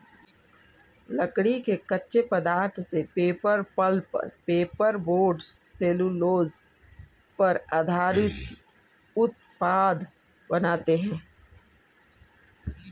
लकड़ी के कच्चे पदार्थ से paper, pulp, paper board, cellulose पर आधारित उत्पाद बनाते हैं